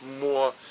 more